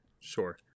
Sure